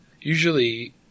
Usually